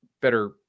better